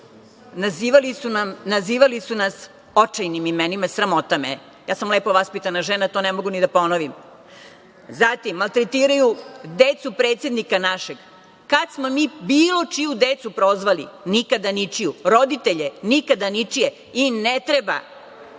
nazivali su nas očajnim imenima, sramota me je. Ja sam lepo vaspitana žena, ja to ne mogu ni da ponovim. Zatim, maltretiraju decu predsednika našeg. Kad smo mi bilo čiju decu prozvali? Nikada, ničiju. Roditelje? Nikada, ničije i ne treba.